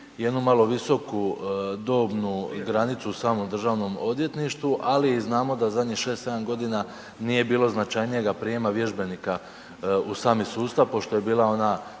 jednu malo visoku dobnu granicu u samom DORH-u, ali znamo da zadnjih 6, 7 godina nije bilo značajnijega prijema vježbenika u sami sustav pošto je bila ona